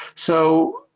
so